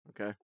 okay